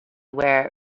where